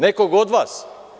Nekog od vas?